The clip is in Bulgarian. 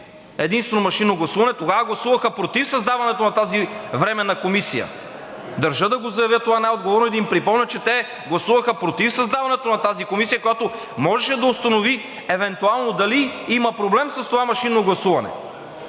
единствено машинно гласуване, тогава гласуваха против създаването на тази временна комисия. Държа да го заявя това най-отговорно и да им припомня, че те гласуваха против създаването на тази комисия, която можеше да установи евентуално дали има проблем с това машинно гласуване.